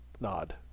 nod